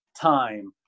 time